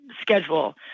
schedule